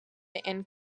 and